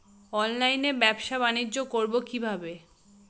অনলাইনে ব্যবসা বানিজ্য করব কিভাবে?